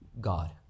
god